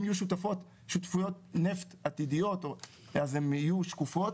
אם יהיו שותפויות נפט עתידיות אז הן יהיו שקופות,